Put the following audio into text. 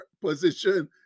position